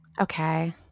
Okay